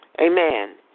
amen